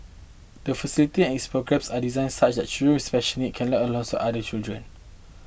the facility and its programmes are designed such that children with special needs can learn alongside other children